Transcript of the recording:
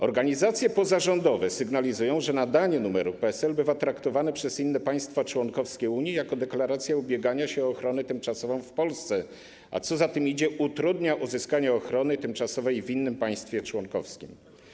Organizacje pozarządowe sygnalizują, że nadanie numeru PESEL bywa traktowane przez inne państwa członkowskie Unii jako deklaracja ubiegania się o ochronę tymczasową w Polsce, a co za tym idzie, utrudnia uzyskanie ochrony tymczasowej w innym państwie członkowskim.